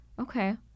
okay